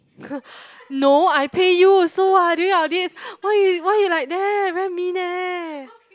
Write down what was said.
no I pay you also [what] during our dates why you why you like that very mean eh